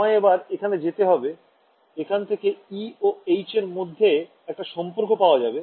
আমায় এবার এখানে যেতে হবে এখান থেকে e ও h এর মধ্যে একটা সম্পর্ক পাওয়া যাবে